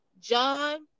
John